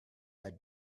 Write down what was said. had